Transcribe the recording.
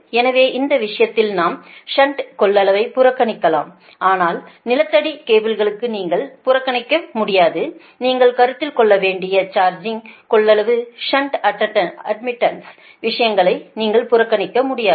எனவே அந்த விஷயத்தில் நாம் ஷன்ட் கொள்ளளவை புறக்கணிக்கலாம் ஆனால் நிலத்தடி கேபிளுக்கு நீங்கள் புறக்கணிக்க முடியாது நீங்கள் கருத்தில் கொள்ள வேண்டிய சார்ஜிங் கொள்ளளவு ஷன்ட் அட்மிடன்ஸ் விஷயங்களை நீங்கள் புறக்கணிக்க முடியாது